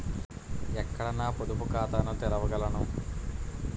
ఎక్కడ నా పొదుపు ఖాతాను తెరవగలను?